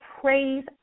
praise